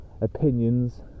opinions